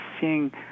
seeing